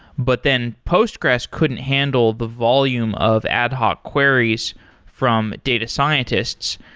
but then postgressql couldn't handle the volume of ad hoc queries from data scientists.